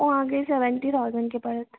ओ अहाँके सेवेंटी थाउजेण्डके पड़त